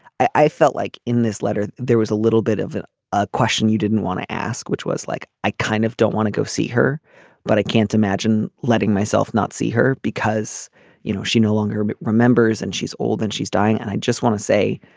i felt like in this letter there was a little bit of and a question you didn't want to ask which was like i kind of don't want to go see her but i can't imagine letting myself not see her because you know she no longer but remembers and she's old and she's dying and i just want to say